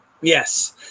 Yes